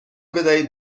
بدهید